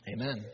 Amen